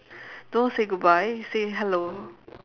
don't say goodbye say hello